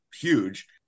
huge